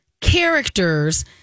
characters